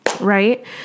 right